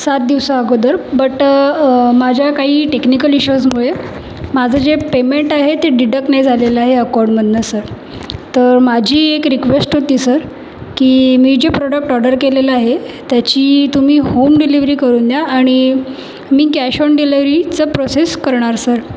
सात दिवसांअगोदर बट माझ्या काही टेक्निकल इश्युजमुळे माझं जे पेमेंट आहे ते डिडक्ट नाही झालेलं आहे अकाऊंटमधनं सर तर माझी एक रिक्वेस्ट होती सर की मी जे प्रोडक्ट ऑर्डर केलेलं आहे त्याची तुम्ही होम डिलिव्हरी करून द्या आणि मी कॅश ऑन डिलिव्हरीच प्रोसेस करणार सर